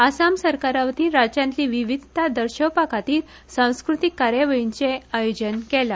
आसाम सरकारावतीन राज्यातली विविधता दर्शोवपाखातीर सांस्कृतिक कार्यावळीचेय आयोजन केला